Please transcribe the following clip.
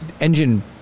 engine